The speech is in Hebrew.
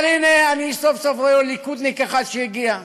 אבל הנה, אני סוף-סוף רואה ליכודניק אחד שהגיע.